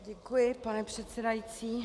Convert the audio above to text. Děkuji, pane předsedající.